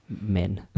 men